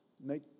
make